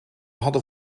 hadden